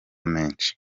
menshi